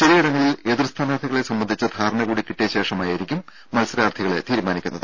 ചിലയിടങ്ങളിൽ എതിർ സ്ഥാനാർത്ഥികളെ സംബന്ധിച്ച ധാരണകൂടി കിട്ടിയ ശേഷമായിരിക്കും മത്സരാർത്ഥികളെ തീരുമാനിക്കുന്നത്